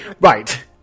Right